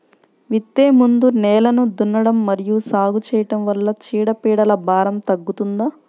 విత్తే ముందు నేలను దున్నడం మరియు సాగు చేయడం వల్ల చీడపీడల భారం తగ్గుతుందా?